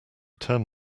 turn